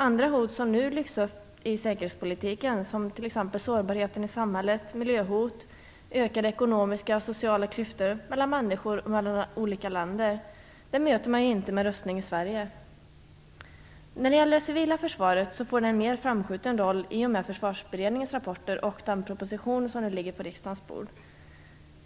Andra hot som nu lyfts upp i säkerhetspolitiken, t.ex. sårbarheten i samhället, miljöhot, ökade ekonomiska och sociala klyftor mellan människor och mellan olika länder möter man inte med rustning i Sverige. Det civila försvaret får en mer framskjuten roll i och med Försvarsberedningens rapporter och den proposition som nu ligger på riksdagens bord.